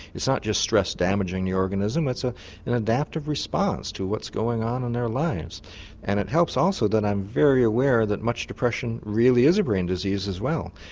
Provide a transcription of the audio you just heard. it's not just stress damaging the organism it's ah an adaptive response to what's going on in their lives and it helps also that i'm very aware that much depression really is a brain disease as well.